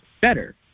better